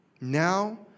Now